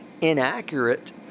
inaccurate